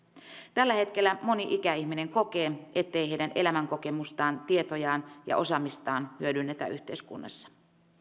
tällä hetkellä moni ikäihminen kokee ettei heidän elämänkokemustaan tietojaan ja osaamistaan hyödynnetä yhteiskunnassa